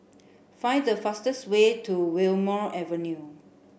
find the fastest way to Wilmonar Avenue